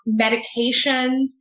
medications